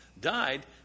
died